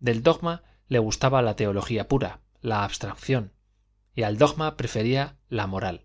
del dogma le gustaba la teología pura la abstracción y al dogma prefería la moral